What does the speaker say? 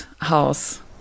house